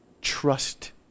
trust